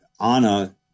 Anna